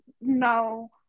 no